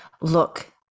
look